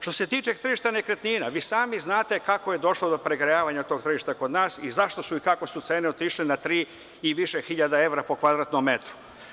Što se tiče tržišta nekretnina, vi sami znate kako je došlo do pregrejavanja tog tržišta kod nas i zašto su i kako su cene otišle na tri i više hiljada evra po kvadratnom metru.